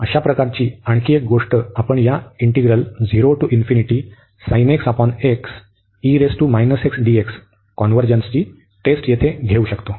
अशाच प्रकारची आणखी एक गोष्ट आपण या इंटिग्रलच्या कॉन्व्हर्जन्सची टेस्ट येथे घेऊ शकतो